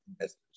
investors